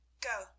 go